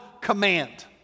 command